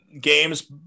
games –